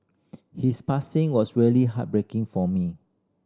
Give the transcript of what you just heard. his passing was really heartbreaking for me